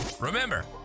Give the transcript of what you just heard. Remember